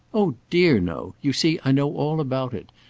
oh, dear, no! you see i know all about it,